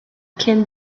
cyn